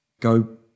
go